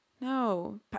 No